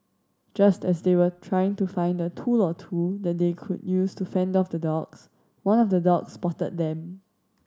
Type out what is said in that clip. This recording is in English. just as they were trying to find a tool or two that they could use to fend off the dogs one of the dogs spotted them